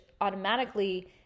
automatically